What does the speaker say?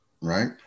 right